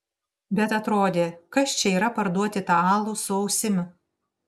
bet atrodė kas čia yra parduoti tą alų su ausim